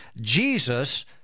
Jesus